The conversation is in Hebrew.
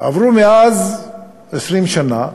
עברו מאז 20 שנה,